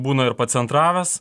būna ir pacentravęs